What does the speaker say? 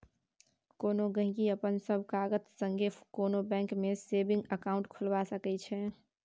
कोनो गहिंकी अपन सब कागत संगे कोनो बैंक मे सेबिंग अकाउंट खोलबा सकै छै